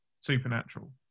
supernatural